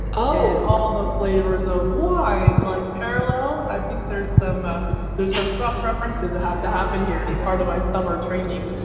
all the flavors of wines like parallels. i think there's some and cross references that have to happen here and as part of my summer training.